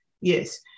Yes